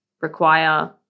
require